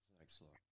excellent